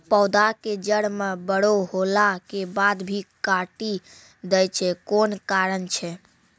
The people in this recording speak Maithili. पौधा के जड़ म बड़ो होला के बाद भी काटी दै छै कोन कारण छै?